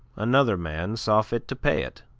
another man saw fit to pay it.